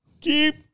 Keep